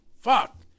fuck